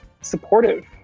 supportive